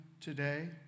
today